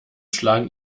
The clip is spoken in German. schlagen